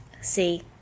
See